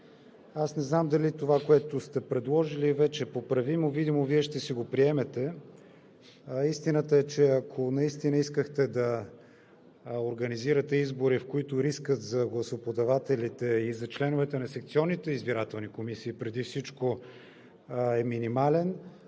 Аз не знам дали това, което сте предложили, е вече поправимо. Видимо Вие ще си го приемете. Истината е, че ако настина искахте да организирате избори, в които рискът за гласоподавателите и за членовете на секционните избирателни комисии преди всичко да е минимален,